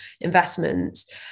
investments